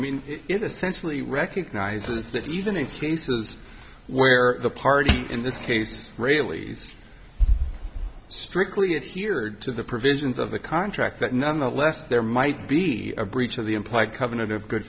mean it essentially recognizes that even in cases where the party in this case really strictly adhered to the provisions of the contract that nonetheless there might be a breach of the implied covenant of good